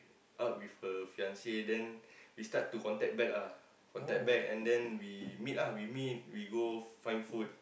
up with her Fiancee then we start to contact back ah contact back and then we meet ah we meet we go find food